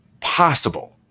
possible